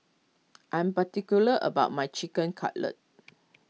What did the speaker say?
I'm particular about my Chicken Cutlet